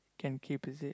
can keep is it